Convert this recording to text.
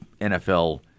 NFL